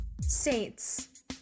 Saints